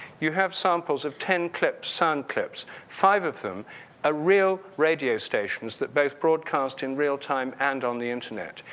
you have samples of ten clips sound clips, five of them are ah real radio stations that both broadcast in real time and on the internet.